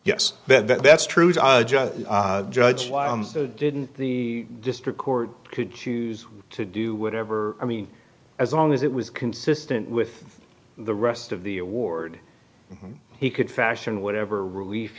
yes that's true judge judge though didn't the district court could choose to do whatever i mean as long as it was consistent with the rest of the award he could fashion whatever relief